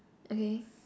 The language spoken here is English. okay